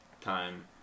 time